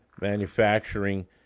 manufacturing